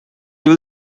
will